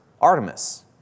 Artemis